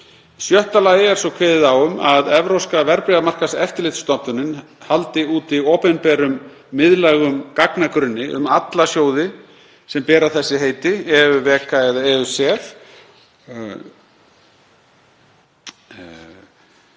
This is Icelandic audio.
sjötta lagi er svo kveðið á um að Evrópska verðbréfamarkaðseftirlitsstofnunin haldi úti opinberum miðlægum gagnagrunni um alla sjóði sem bera heitin EuVECA eða EuSEF